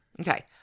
Okay